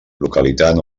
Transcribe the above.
localitat